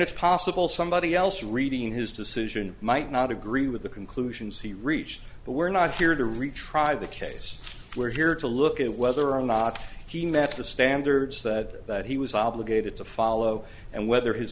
it's possible somebody else reading his decision might not agree with the conclusions he reached but we're not here to retry the case we're here to look at whether or not he met the standards that he was obligated to follow and whether his